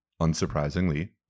unsurprisingly